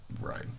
right